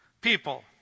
people